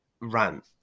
rant